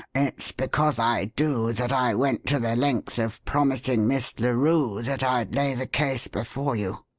it's because i do that i went to the length of promising miss larue that i'd lay the case before you.